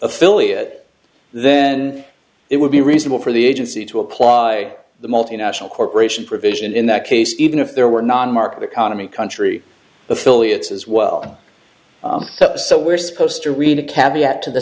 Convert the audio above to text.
affiliate then it would be reasonable for the agency to apply the multinational corporation provision in that case even if there were non market economy country affiliates as well so we're supposed to